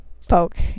folk